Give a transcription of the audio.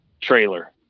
trailer